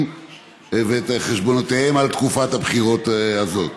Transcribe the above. ואת חשבונותיהן על תקופת הבחירות הזאת.